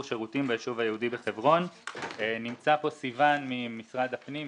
אני פותח את ישיבת ועדת הכספים.